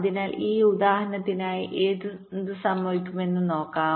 അതിനാൽ ഈ ഉദാഹരണത്തിനായി എന്ത് സംഭവിക്കുമെന്ന് നോക്കാം